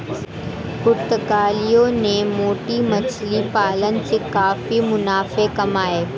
पुर्तगालियों ने मोती मछली पालन से काफी मुनाफे कमाए